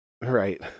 Right